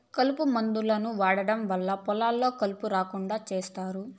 కలుపు మందులను వాడటం వల్ల పొలాల్లో కలుపు రాకుండా చేత్తారు